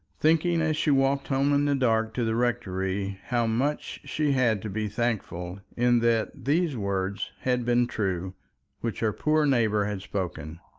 thinking as she walked home in the dark to the rectory, how much she had to be thankful in that these words had been true which her poor neighbour had spoken.